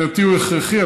מבחינתי הוא הכרחי,